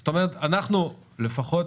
זאת אומרת, אנחנו לפחות